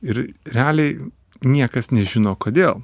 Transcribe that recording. ir realiai niekas nežino kodėl